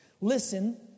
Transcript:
Listen